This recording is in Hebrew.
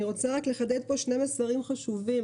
אני רוצה רק לחדד פה שני מסרים חשובים.